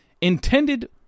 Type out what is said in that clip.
intended